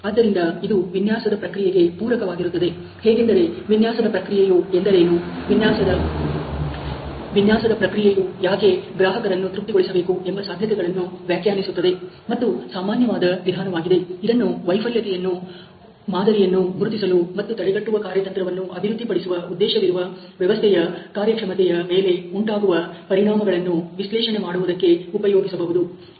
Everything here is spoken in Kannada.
ಆದ್ದರಿಂದ ಇದು ವಿನ್ಯಾಸದ ಪ್ರಕ್ರಿಯೆಗೆ ಪೂರಕವಾಗಿರುತ್ತದೆ ಹೇಗೆಂದರೆ ವಿನ್ಯಾಸದ ಪ್ರಕ್ರಿಯೆಯು ಎಂದರೇನು ವಿನ್ಯಾಸದ ಪ್ರಕ್ರಿಯೆಯು ಯಾಕೆ ಗ್ರಾಹಕರನ್ನು ತೃಪ್ತಿಗೊಳಿಸಬೇಕು ಎಂಬ ಸಾಧ್ಯತೆಗಳನ್ನು ವ್ಯಾಖ್ಯಾನಿಸುತ್ತದೆ ಮತ್ತು ಸಾಮಾನ್ಯವಾದ ವಿಧಾನವಾಗಿದೆ ಇದನ್ನು ವೈಫಲ್ಯತೆಯನ್ನು ಮಾದರಿಯನ್ನು ಗುರುತಿಸಲು ಮತ್ತು ತಡೆಗಟ್ಟುವ ಕಾರ್ಯತಂತ್ರವನ್ನು ಅಭಿವೃದ್ಧಿಪಡಿಸುವ ಉದ್ದೇಶವಿರುವ ವ್ಯವಸ್ಥೆಯ ಕಾರ್ಯಕ್ಷಮತೆಯ ಮೇಲೆ ಉಂಟಾಗುವ ಪರಿಣಾಮಗಳನ್ನು ವಿಶ್ಲೇಷಣೆ ಮಾಡುವುದಕ್ಕೆ ಉಪಯೋಗಿಸಬಹುದು